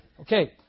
Okay